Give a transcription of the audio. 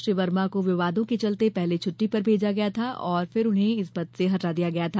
श्री वर्मा को विवादों के चलते पहले छुट्टी पर भेजा गया था और फिर उन्हें इस पद से हटा दिया गया था